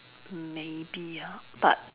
maybe ah but